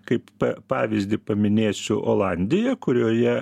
kaip pavyzdį paminėsiu olandiją kurioje